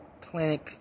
Planet